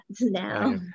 now